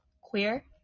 queer